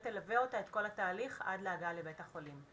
תלווה אותה בכל התהליך עד להגעה לבית החולים.